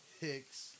Hicks